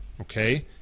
Okay